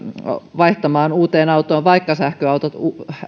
vaihtamaan uuteen autoon vaikka sähköautot